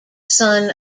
son